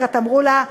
אמרו לה: